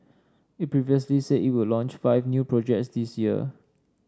it previously said it would launch five new projects this year